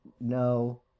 No